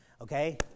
okay